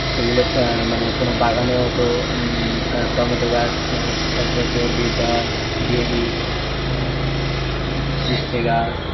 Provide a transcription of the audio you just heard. সেগুলো চা মানে কোনো বাগানেও তো টমেটো গাছ টাছেতে দিতে হয় দিয়ে দিই উচ্ছে গাছ